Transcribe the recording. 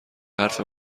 حرف